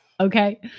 Okay